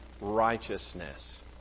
righteousness